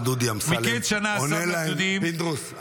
פינדרוס,